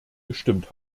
gestimmt